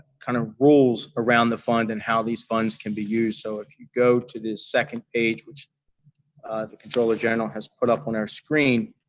kind of rules around the fund and how these funds can be used. so, if you go to the second page, which the controller general has put up on our screen.